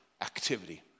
activity